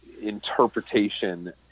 interpretation